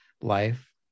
life